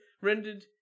rendered